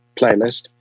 playlist